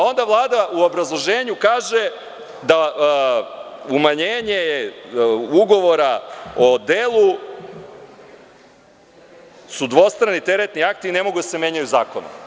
Onda Vlada u obrazloženju kaže da umanjenja ugovora o delu su dvostrani teretni akti i ne mogu da se menjaju zakonom.